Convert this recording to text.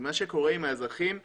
אם האזרחים יתבלבלו,